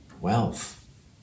wealth